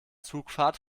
zugfahrt